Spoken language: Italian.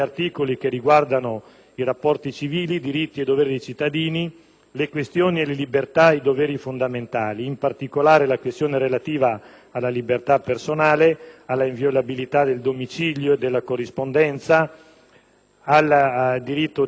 dei cittadini, le libertà e i doveri fondamentali, in particolare le questioni relative alla libertà personale, all'inviolabilità del domicilio, della corrispondenza, al diritto di associazione, alla libera professione di fede religiosa.